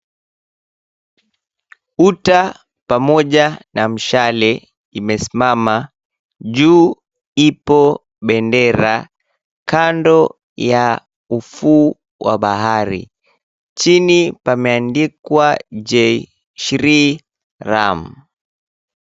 Uta pamoja na mshale imesimama. Juu ipo bendera kando ya ufuu wa bahari. Chini imeandikwa J SHREE RAM .